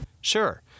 Sure